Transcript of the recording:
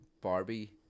Barbie